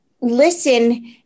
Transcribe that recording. listen